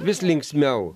vis linksmiau